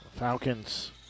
Falcons